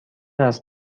است